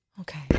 okay